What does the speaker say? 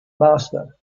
master